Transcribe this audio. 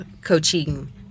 coaching